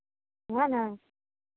उएह ने